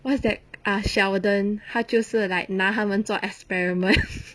what's that ah sheldon 他就是 like 拿他们做 experiment